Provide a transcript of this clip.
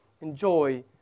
enjoy